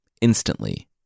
Instantly